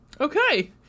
Okay